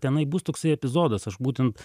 tenai bus toksai epizodas aš būtent